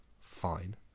Fine